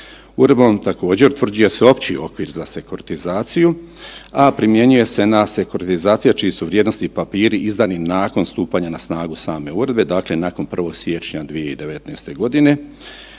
Uredbom također utvrđuje opći okvir za sekuratizaciju, a primjenjuje se na sekuratizaciju čiji su vrijednosni papiri izdani nakon stupanja na snagu same uredbe, dakle nakon 1. siječnja 2019. definira